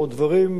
מקרטעים,